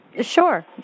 Sure